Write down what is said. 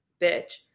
bitch